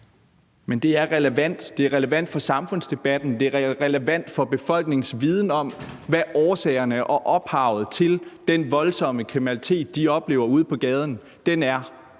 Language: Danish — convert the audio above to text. Det er relevant for samfundsdebatten, og det er relevant for befolkningens viden om, hvad der er årsagen og ophavet til den voldsomme kriminalitet, som man oplever ude på gaden. Derfor